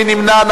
מי נמנע?